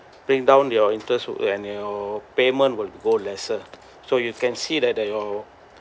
bring down your interests when your payment will go lesser so you can see that your